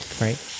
right